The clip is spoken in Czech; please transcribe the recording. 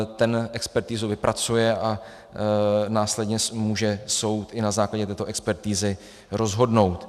Ten expertizu vypracuje a následně může soud i na základě této expertizy rozhodnout.